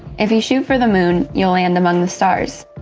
if you shoot for the moon you'll land among the stars.